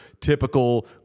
typical